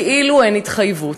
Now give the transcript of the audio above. כאילו אין התחייבות,